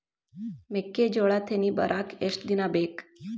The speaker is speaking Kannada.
ಮೆಕ್ಕೆಜೋಳಾ ತೆನಿ ಬರಾಕ್ ಎಷ್ಟ ದಿನ ಬೇಕ್?